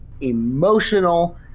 emotional